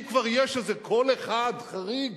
אם כבר, יש איזה קול אחד חריג